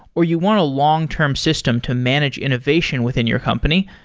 or you want a long-term system to manage innovation within your company,